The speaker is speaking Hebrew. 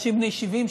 אנשים בני 70,